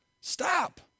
Stop